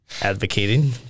advocating